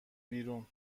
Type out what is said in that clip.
بیرون